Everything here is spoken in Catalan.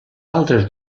altres